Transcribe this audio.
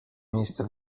miejsce